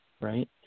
right